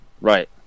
right